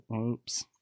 Oops